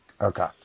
Okay